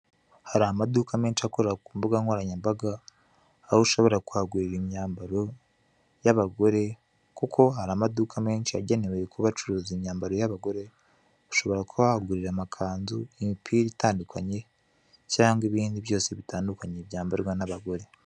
Hari amaduka menshi akorera ku mbuga nkoranyambaga, aho ushobora kuhagurira imyambaro y'abagore kuko hari amaduka menshi yagenewe kuba acuruza imyambaro y'abagore, ushobora kuba wahagurira amakanzu, imipira itandukanye cyangwa ibindi byose bitandukanye byambarwa n'abagore.